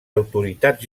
autoritats